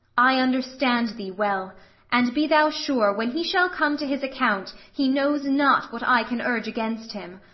i understand thee well and be thou sure, when he shall come to his account, he knows not what i can urge against him.